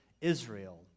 Israel